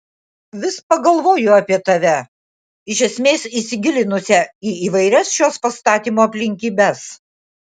vis pagalvoju apie tave iš esmės įsigilinusią į įvairias šios pastatymo aplinkybes